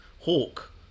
hawk